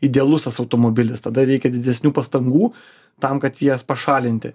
idealus tas automobilis tada reikia didesnių pastangų tam kad jas pašalinti